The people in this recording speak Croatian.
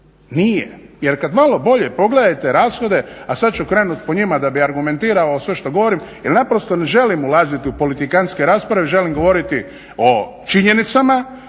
nije. Jer kad malo bolje pogledate rashode, a sad ću krenuti po njima da bi argumentirao sve što govorim jer naprosto ne želim ulaziti u politikantske rasprave, želim govoriti o činjenicama